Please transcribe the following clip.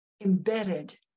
embedded